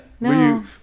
no